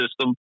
system